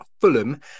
Fulham